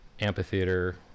amphitheater